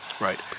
right